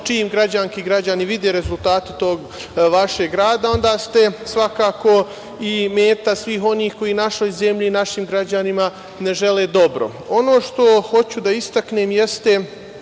čim građanke i građani vide rezultate tog vašeg rada, onda ste svakako i meta svih onih koji našoj zemlji i našim građanima ne žele dobro. Ono što hoću da istaknem jeste